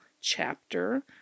chapter